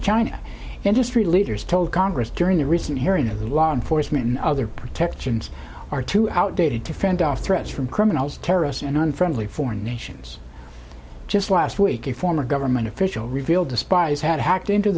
china industry leaders told congress during a recent hearing of law enforcement and other protections are too outdated to fend off threats from criminals terrorists and unfriendly foreign nations just last week a former government official revealed the spies had hacked into